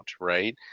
right